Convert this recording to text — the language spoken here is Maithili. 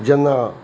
जेना